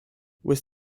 was